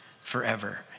forever